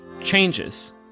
changes